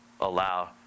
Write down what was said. allow